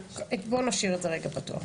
בואו נשאיר את זה רגע פתוח.